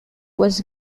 was